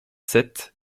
sept